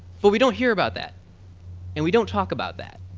but we don't hear about that and we don't talk about that.